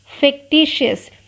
fictitious